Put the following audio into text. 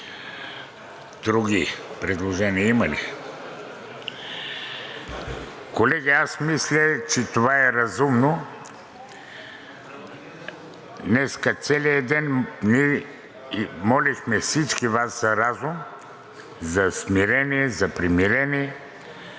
Други предложения има ли? Колеги, аз мисля, че това е разумно. Днес целия ден молихме всички Вас за разум, за смирение, за примирение,